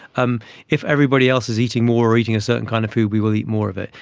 um if everybody else is eating more or eating a certain kind of food, we will eat more of it.